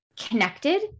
connected